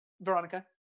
Veronica